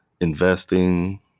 investing